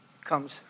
comes